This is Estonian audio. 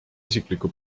isikliku